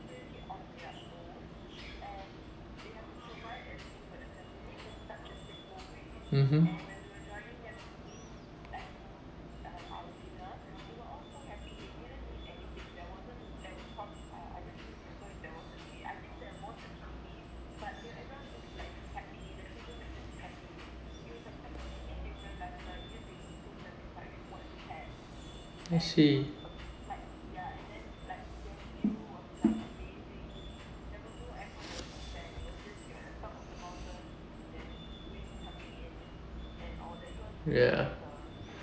mmhmm I see ya